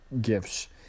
gifts